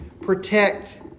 protect